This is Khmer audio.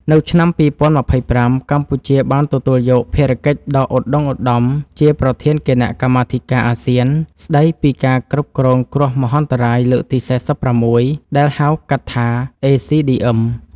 នៅឆ្នាំ ២០២៥ កម្ពុជាបានទទួលយកភារកិច្ចដ៏ឧត្តុង្គឧត្តមជាប្រធានគណៈកម្មាធិការអាស៊ានស្តីពីការគ្រប់គ្រងគ្រោះមហន្តរាយលើកទី៤៦ ដែលហៅកាត់ថា ACDM។